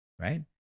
Right